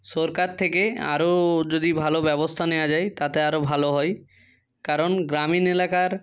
সরকার থেকে আরও যদি ভালো ব্যবস্থা নেওয়া যায় তাতে আরও ভালো হয় কারণ গ্রামীণ এলাকার